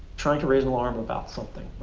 trying to raise alarm about something.